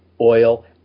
oil